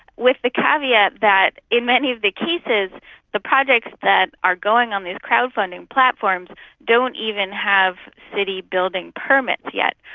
with the caveat that in many of the cases the projects that are going on these crowd-funding platforms don't even have city building permits yet.